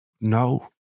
No